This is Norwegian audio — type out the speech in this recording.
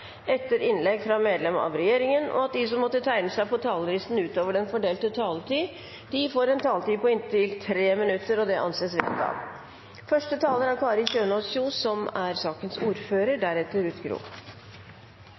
etter innlegg fra medlemmer av regjeringen, og at de som måtte tegne seg på talerlisten utover den fordelte taletid, får en taletid på inntil 3 minutter. – Det anses vedtatt. Det er tverrpolitisk enighet i komiteen om viktigheten av å satse på lavterskeltilbud, og at det allerede er